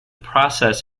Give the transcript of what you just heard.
process